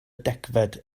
degfed